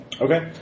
Okay